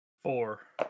Four